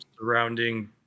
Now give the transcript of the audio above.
surrounding